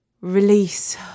Release